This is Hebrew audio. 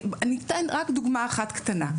אני אתן רק דוגמה קטנה,